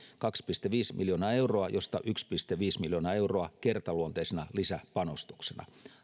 kaksi pilkku viisi miljoonaa euroa josta yksi pilkku viisi miljoonaa euroa kertaluonteisena lisäpanostuksena